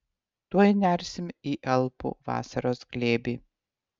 tuoj nersim į alpų vasaros glėbį